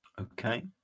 okay